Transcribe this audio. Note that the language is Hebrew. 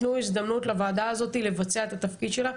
תנו הזדמנות לוועדה הזאת לבצע את התפקיד שלה,